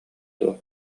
дуо